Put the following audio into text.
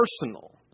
personal